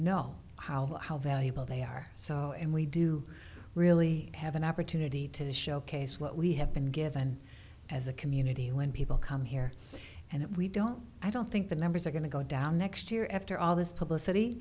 know how how valuable they are so and we do really have an opportunity to showcase what we have been given as a community when people come here and we don't i don't think the numbers are going to go down next year after all this publicity